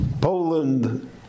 Poland